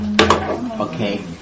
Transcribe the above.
Okay